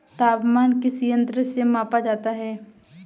तापमान किस यंत्र से मापा जाता है?